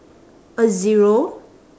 a zero